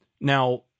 Now